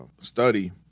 study